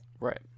Right